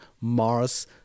Mars